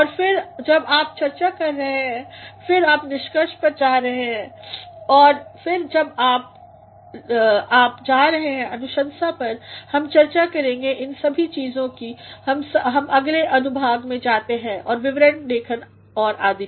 और फिर जब आप चर्चा कर रहे हैं और फिर आप निष्कर्ष पर जा रहे हैं और फिर आप जा रहे हैं अनुशंसा पर हम चर्चा करेंगे इन सभी चीज़ों की जब हम अगले अनुभाग में जाते हैं और विवरण लेखन और आदि